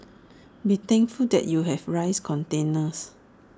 be thankful that you have rice containers